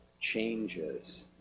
changes